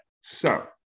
So-